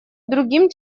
другим